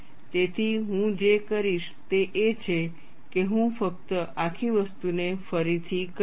તેથી હું જે કરીશ તે એ છે કે હું ફક્ત આખી વસ્તુને ફરીથી કરીશ